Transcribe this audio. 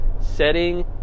setting